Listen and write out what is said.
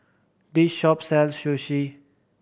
this shop sells Sushi